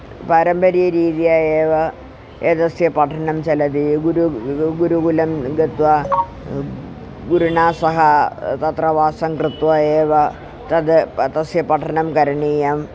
पारम्परीकरीत्या एव एतस्य पठनं चलति गुरुः गुरुकुलं गत्वा गुरुणा सह तत्र वासं कृत्वा एव तद् तस्य पठनं करणीयम्